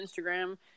Instagram